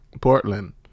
Portland